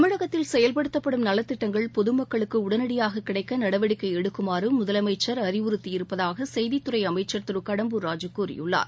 தமிழகத்தில் செயல்படுத்தப்படும் நலத்திட்டங்கள் பொது மக்களுக்கு உடனடியாக கிடைக்க நடவடிக்கை எடுக்குமாறு முதலமைச்சர் அறிவுறுத்தியிருப்பதாக செய்தித்துறை அமைச்சர் திரு கடம்பூர் ராஜூ கூறியுள்ளார்